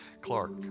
clark